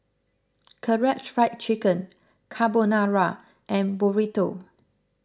Karaage Fried Chicken Carbonara and Burrito